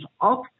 up